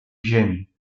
ziemi